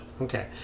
okay